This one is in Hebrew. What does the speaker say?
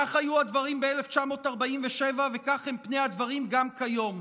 כך היו הדברים ב-1947, וכך הם פני הדברים גם כיום.